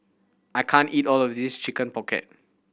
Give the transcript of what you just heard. I can't eat all of this Chicken Pocket